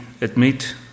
admit